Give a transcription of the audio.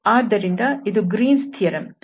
ಆದ್ದರಿಂದ ಇದು Green's theorem Green's theorem